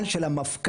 זה עניין של המפכ"ל,